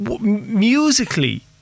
musically